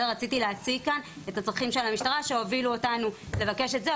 רציתי להציג כאן את הצרכים של המשטרה שהובילו אותנו לבקש את זה,